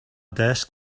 desk